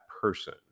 person